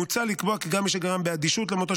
מוצע לקבוע כי גם מי שגרם באדישות למותו